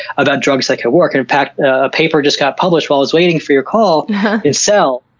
about drugs that could work. and in fact, a paper just got published while i was waiting for your call in cell,